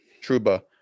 Truba